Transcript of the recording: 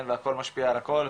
והכל משפיע על הכל.